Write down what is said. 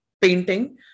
painting